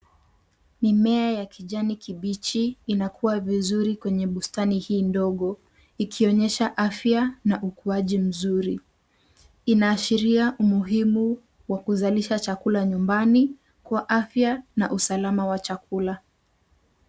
Mimea ya kijani kibichi, inakuwa vizuri kwenye bustani hii ndogo, ikionyesha afya, na ukuaji mzuri. Inaashiria umuhimu wa kuzalisha chakula nyumbani, kwa afya, na usalama wa chakula.